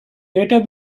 later